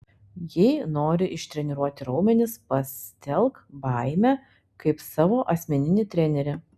jei nori ištreniruoti raumenis pasitelk baimę kaip savo asmeninį trenerį